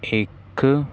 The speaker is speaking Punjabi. ਇੱਕ